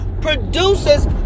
produces